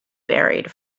buried